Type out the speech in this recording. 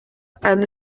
and